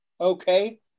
Okay